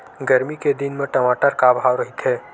गरमी के दिन म टमाटर का भाव रहिथे?